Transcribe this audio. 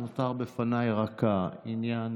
נותר בפניי רק העניין,